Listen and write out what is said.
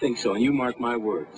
think so you mark my wor